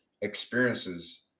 experiences